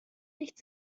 nicht